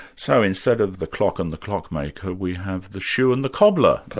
so instead of the clock and the clockmaker, we have the shoe and the cobbler,